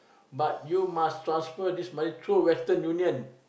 but you must transfer this money through Western-Union